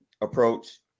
approach